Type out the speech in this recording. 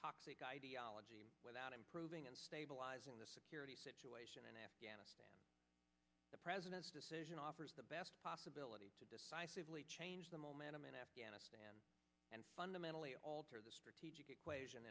toxic ideology without improving and stabilizing the security situation in afghanistan the president's decision offers the best possibility to decisively change the momentum in afghanistan and fundamentally alter the strategic equation